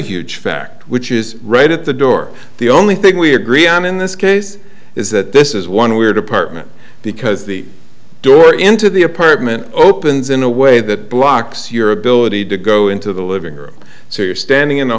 huge fact which is right at the door the only thing we agree on in this case is that this is one weird apartment because the door into the apartment opens in a way that blocks your ability to go into the living room so you're standing in the